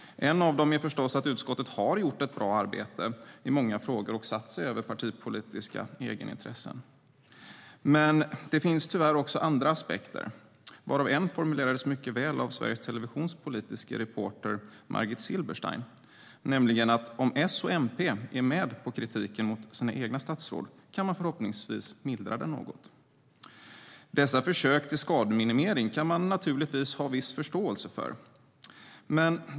En av dem är förstås att utskottet har gjort ett bra arbete i många frågor och satt sig över partipolitiska egenintressen. Men sedan finns det tyvärr också andra aspekter, varav en formulerades mycket väl av Sveriges televisions politiska reporter Margit Silberstein, nämligen att om S och MP är med på kritiken mot sina egna statsråd kan man förhoppningsvis mildra den något. Dessa försök till skademinimering kan man naturligtvis ha viss förståelse för.